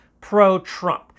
Pro-Trump